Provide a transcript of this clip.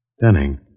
Denning